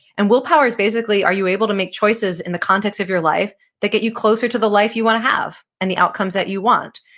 and willpower is basically, are you able to make choices in the context of your life that get you closer to the life you want to have, and the outcomes that you want?